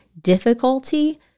difficulty